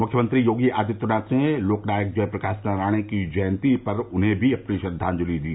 मुख्यमंत्री योगी आदित्यनाथ ने लोकनायक जयप्रकाश नारायण की जयंती पर उन्हें भी अपनी श्रद्वांजलि दी